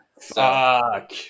Fuck